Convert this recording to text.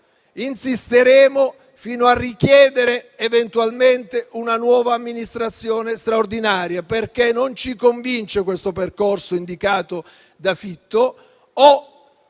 Insisteremo fino a richiedere eventualmente una nuova amministrazione straordinaria. Non ci convince il percorso indicato da Fitto: o